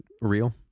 real